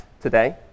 today